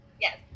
Yes